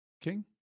King